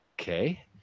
Okay